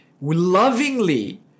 Lovingly